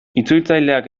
itzultzaileak